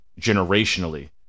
Generationally